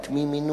את מי מינו,